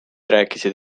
rääkisid